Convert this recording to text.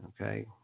okay